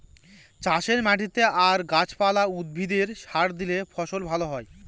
চাষের মাটিতে আর গাছ পালা, উদ্ভিদে সার দিলে ফসল ভালো হয়